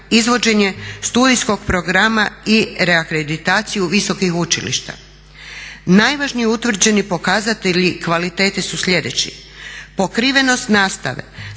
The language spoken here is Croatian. izvođenje studijskog programa i reakreditaciju visokih učilišta. Najvažniji utvrđeni pokazatelji kvalitete su sljedeći: pokrivenost nastave